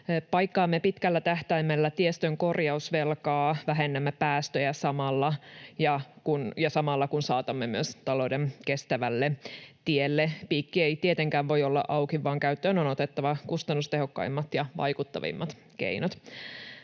paikkaamme pitkällä tähtäimellä tiestön korjausvelkaa, vähennämme päästöjä samalla, kun saatamme myös talouden kestävälle tielle. Piikki ei tietenkään voi olla auki, vaan käyttöön on otettava kustannustehokkaimmat ja vaikuttavimmat keinot.